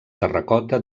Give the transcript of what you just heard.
terracota